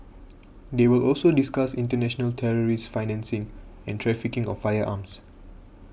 they will also discuss international terrorist financing and trafficking of firearms